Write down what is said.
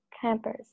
campers